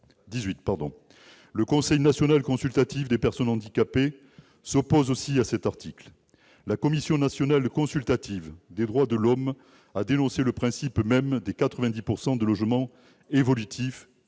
Le Conseil national consultatif des personnes handicapées s'y oppose lui aussi. La Commission nationale consultative des droits de l'homme a dénoncé le principe même des 90 % de logements évolutifs, donc